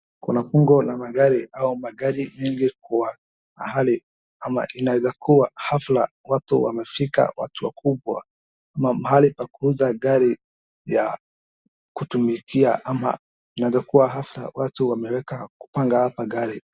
Kuna fungu la magari au magari mengi kwa mahali ama inaweza kua hafla watu wamekuja watu wakubwa ama mahali pa kuuza gari ya kutumikia ama inaweza kuwa hafla watu wameweka kupanga hapa gari.